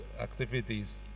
activities